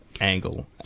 angle